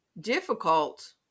difficult